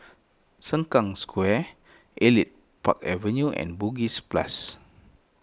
Sengkang Square Elite Park Avenue and Bugis Plus